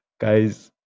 Guys